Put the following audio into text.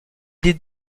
des